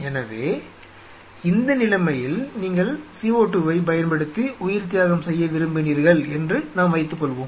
எனவே இந்த நிலைமையில் நீங்கள் CO2 வைப் பயன்படுத்தி உயிர்த்தியாகம் செய்ய விரும்பினீர்கள் என்று நாம் வைத்துக்கொள்வோம்